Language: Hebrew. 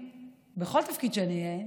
שבכל תפקיד שאני אהיה,